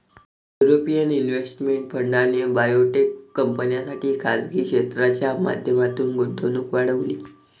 European investment फंडाने biotech कंपन्यांसाठी खासगी क्षेत्राच्या माध्यमातून गुंतवणूक वाढवली